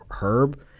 herb